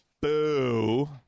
Boo